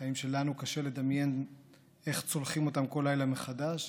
בחיים שלנו קשה לדמיין איך צולחים אותן כל לילה מחדש.